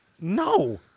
No